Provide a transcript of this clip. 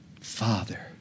Father